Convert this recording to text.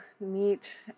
meet